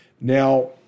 Now